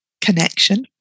connection